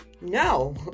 No